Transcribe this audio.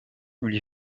lui